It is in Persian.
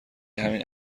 همین